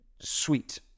sweet